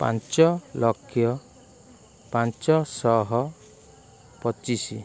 ପାଞ୍ଚ ଲକ୍ଷ ପାଞ୍ଚ ଶହ ପଚିଶି